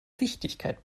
wichtigkeit